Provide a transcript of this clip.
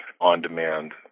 on-demand